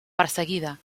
perseguida